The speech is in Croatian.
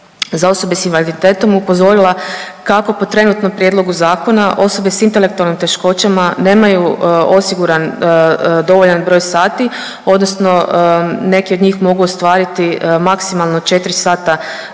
za osobe s invaliditetom upozorila kako po trenutnom Prijedlogu zakona osobe sa intelektualnim teškoćama nemaju osiguran dovoljan broj sati odnosno neki od njih mogu ostvariti maksimalno 4 sata